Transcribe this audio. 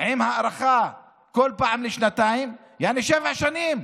עם הארכה כל פעם בשנתיים, יעני שבע שנים.